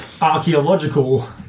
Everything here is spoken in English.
archaeological